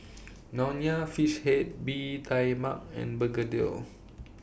Nonya Fish Head Bee Tai Mak and Begedil